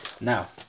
Now